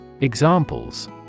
Examples